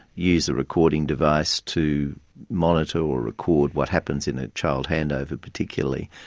use a recording device to monitor or record what happens in a child handover particularly,